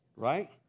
Right